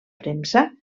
premsa